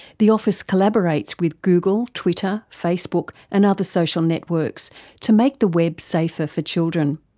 the office collaborates with google, twitter, facebook and other social networks to make the web safer for children.